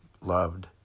loved